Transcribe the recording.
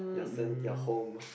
ya send ya home